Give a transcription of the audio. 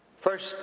First